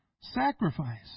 sacrifice